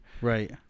Right